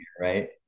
right